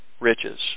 riches